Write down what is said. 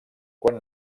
quan